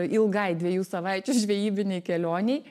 ilgai dviejų savaičių žvejybinei kelionei